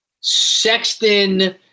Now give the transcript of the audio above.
Sexton